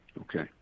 Okay